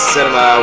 Cinema